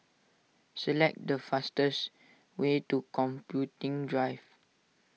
select the fastest way to Computing Drive